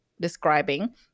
describing